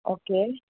okay